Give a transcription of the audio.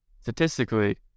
statistically